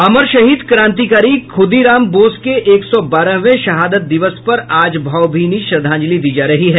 अमर शहीद क्रांतिकारी खुदीराम बोस के एक सौ बारहवें शहादत दिवस पर आज भावभीनी श्रद्धांजलि दी जा रही है